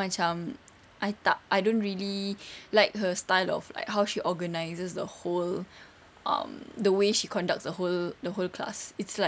macam I tak I don't really like her style of like how she organises the whole um the way she conducts a whole the whole class it's like